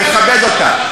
אני מכבד אותה.